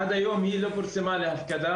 עד היום היא לא פורסמה להפקדה.